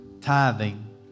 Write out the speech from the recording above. tithing